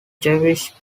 jewish